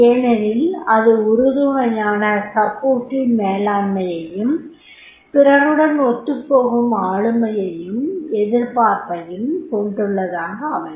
ஏனெனில் அது உறுதுணையான மேலாண்மையையும் பிறருடன் ஒத்துப்போகும் ஆளுமையையும் எதிர்பார்ப்பையும் கொண்டுள்ளதாக அமையும்